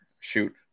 shoot